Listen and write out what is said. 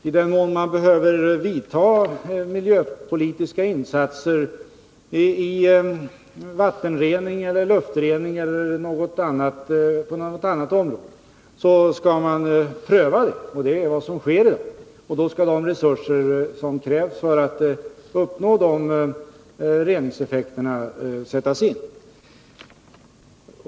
I den mån man behöver göra miljöpolitiska insatser — vattenrening, luftrening eller åtgärder på något annat område — skall man pröva det, och det är vad som sker i dag. Och då skall också de resurser som krävs för att man skall uppnå dessa reningseffekter sättas in.